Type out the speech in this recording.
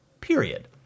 period